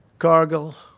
cargill,